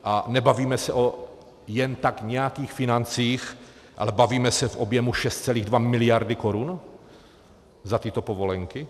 A nebavíme se o jen tak nějakých financích, ale bavíme se v objemu 6,2 mld. korun za tyto povolenky.